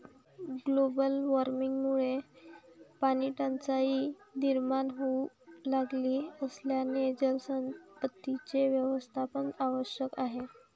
global वॉर्मिंगमुळे पाणीटंचाई निर्माण होऊ लागली असल्याने जलसंपत्तीचे व्यवस्थापन आवश्यक आहे